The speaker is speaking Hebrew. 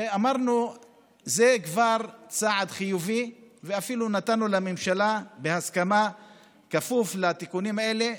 אמרנו שזה כבר צעד חיובי ואפילו נתנו לממשלה הסכמה בכפוף לתיקונים האלה.